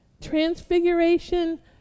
transfiguration